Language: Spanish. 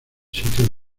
sitio